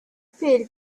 fell